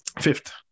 Fifth